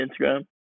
Instagram